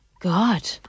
God